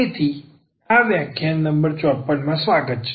તેથીઆ વ્યાખ્યાન નંબર 54 માં સ્વાગત છે